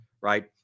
right